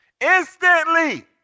instantly